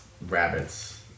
Rabbits